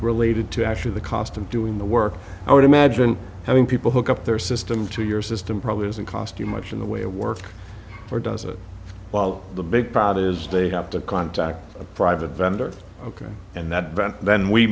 related to actually the cost of doing the work i would imagine having people hook up their system to your system probably doesn't cost you much in the way of work or does it while the big crowd is they have to contact a private vendor ok and that better than we